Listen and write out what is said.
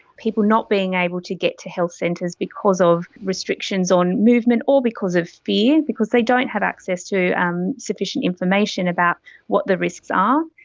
people not being able to get to health centres because of restrictions on movement or because of fear, because they don't have access to um sufficient information about what the risks are.